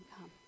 come